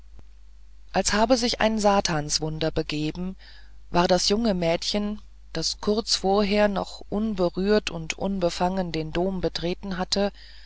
als habe sich ein satanswunder begeben war das junge mädchen das kurz vorher noch unberührt und unbefangen den dom betreten hatte